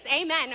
Amen